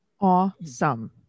Awesome